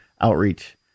outreach